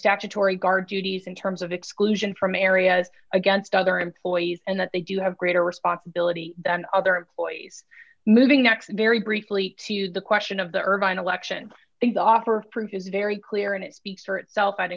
statutory guard duties in terms of exclusion from areas against other employees and that they do have greater responsibility than other employees moving next very briefly to the question of the urban election these offer proof is very clear and it speaks for itself